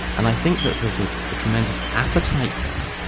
and i think that there's ah a tremendous appetite there,